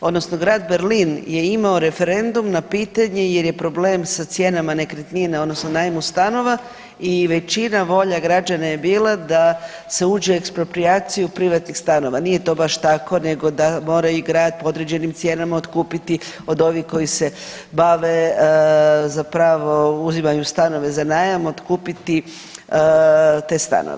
odnosno grad Berlin je imao referendum na pitanje jer je problem sa cijenama nekretnina odnosno najmu stanova i većina volja građana je bila da se uđe u eksproprijaciju privatnih stanova, nije to baš tako nego da mora i grad po određenim cijenama otkupiti od ovih koji se bave, zapravo uzimaju stanove za najam, otkupiti te stanove.